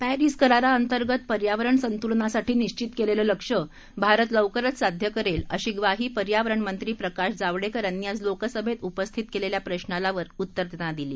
Paris करारांतर्गत पर्यावरण संतूलनासाठी निश्चित केलेलं लक्ष्य भारत लवकरच साध्य करेल अशी ग्वाही पर्यावरणमंत्री प्रकाश जावडेकर यांनी आज लोकसभेत उपस्थित केलेल्या प्रश्नाला उत्तर देताना दिली